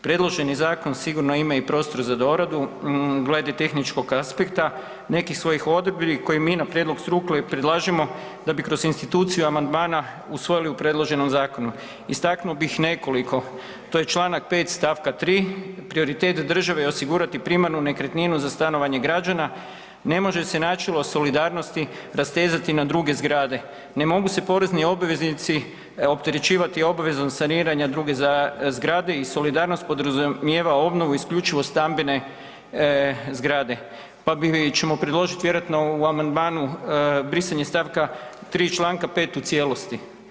Predloženi zakon sigurno ima i prostor za doradu glede tehničkog aspekta nekih svojih odredbi koji mi na prijedlog struke predlažemo da bi kroz instituciju amandmana usvojili u predloženom zakonu istaknuo bih nekoliko, to je čl. 5. stavka 3., prioritet države je osigurati primarnu nekretninu za stanovanje građana, ne može se načelo solidarnosti rastezati na druge zgrade, ne mogu se porezni obveznici opterećivati obvezom saniranja druge zgrade i solidarnost podrazumijeva obnovu isključivu stambene zgrade pa ćemo predložit vjerojatno u amandmanu brisanje stavka 3. čl. 5. u cijelosti.